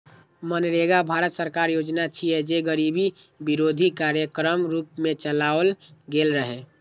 मनरेगा भारत सरकारक योजना छियै, जे गरीबी विरोधी कार्यक्रमक रूप मे चलाओल गेल रहै